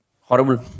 horrible